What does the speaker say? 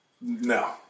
No